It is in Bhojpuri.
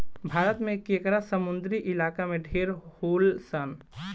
भारत में केकड़ा समुंद्री इलाका में ढेर होलसन